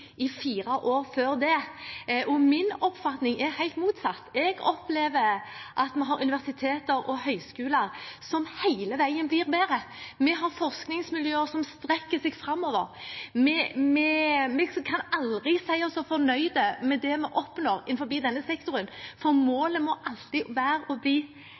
i fire år før det, og min oppfatning er helt motsatt. Jeg opplever at vi har universiteter og høyskoler som hele veien blir bedre. Vi har forskningsmiljøer som strekker seg framover. Men vi kan aldri si oss fornøyd med det vi oppnår innenfor denne sektoren, for målet må alltid være å bli